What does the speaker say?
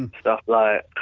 and stuff like